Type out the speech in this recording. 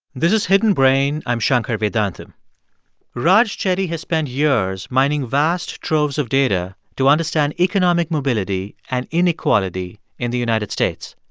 this is hidden brain. i'm shankar vedantam raj chetty has spent years mining vast troves of data to understand economic mobility and inequality in the united states.